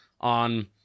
on